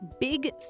big